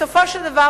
בסופו של דבר,